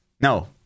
No